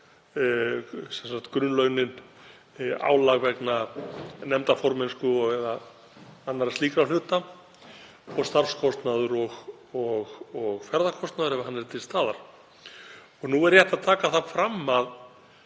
samansett; grunnlaunin, álag vegna nefndarformennsku og/eða annarra slíkra hluta, og starfskostnaður og ferðakostnaður, ef hann er til staðar. Og nú er rétt að taka það fram að